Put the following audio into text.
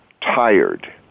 tired